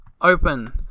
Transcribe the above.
open